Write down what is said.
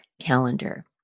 calendar